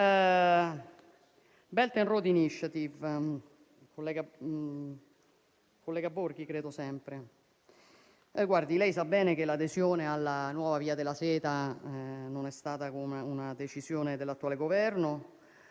alla Belt and road initiative, collega Borghi, lei sa bene che l'adesione alla Nuova via della seta non è stata una decisione dell'attuale Governo